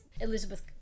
Elizabeth